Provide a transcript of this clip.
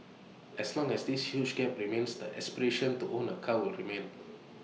as long as this huge gap remains the aspiration to own A car will remain